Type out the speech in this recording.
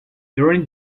during